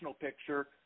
picture